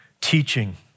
teaching